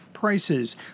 prices